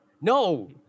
No